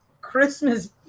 Christmas